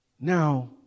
now